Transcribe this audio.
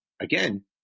again